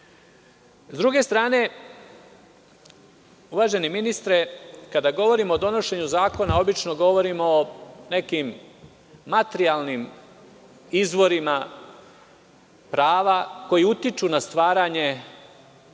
druge strane, uvaženi ministre, kada govorimo o donošenju zakona, obično govorimo o nekim materijalnim izvorima prava koji utiču na stvaranje